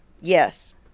Yes